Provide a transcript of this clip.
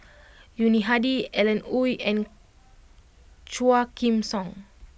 Yuni Hadi Alan Oei and Quah Kim Song